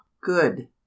good